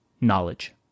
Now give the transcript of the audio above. knowledge